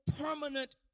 permanent